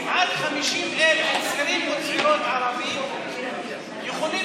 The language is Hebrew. כמעט 50,000 צעירים וצעירות ערבים יכולים